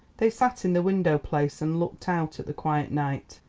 they sat in the window-place and looked out at the quiet night.